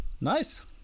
nice